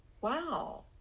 wow